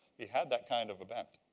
he had that kind of a bent.